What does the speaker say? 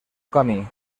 camí